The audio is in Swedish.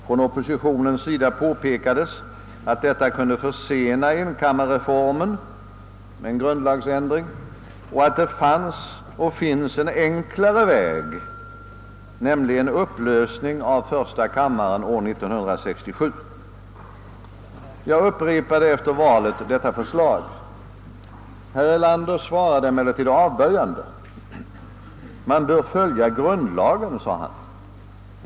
Från oppositionens sida påpekades att detta kunde försena enkammarreformen och att det fanns och finns en enklare väg, nämligen upplösning av första kammaren år 1967. Jag upprepade efter valet detta förslag. Herr Erlander svarade emellertid avböjande; man bör följa grundlagen, sade han.